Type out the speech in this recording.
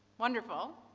wonderful.